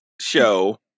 show